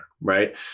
right